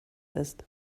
ist